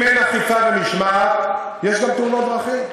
אם אין אכיפה ומשמעת, יש תאונות דרכים,